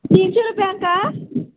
तिनशी रुपयान का